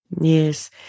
yes